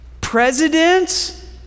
presidents